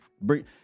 Bring